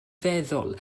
feddwl